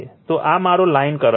તો આ મારો લાઇન કરંટ છે